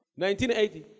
1980